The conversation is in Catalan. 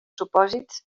supòsits